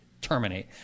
terminate